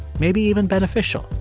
maybe even beneficial,